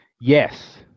Yes